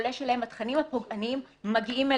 גולש אליהם, התכנים הפוגעניים מגיעים אליהם.